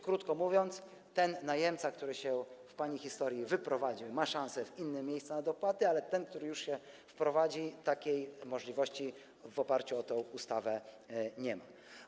Krótko mówiąc, ten najemca, który się w pani historii wyprowadził, ma szansę w innym miejscu na dopłaty, ale ten, który się wprowadzi, takiej możliwości w oparciu o tę ustawę nie ma.